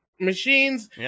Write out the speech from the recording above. machines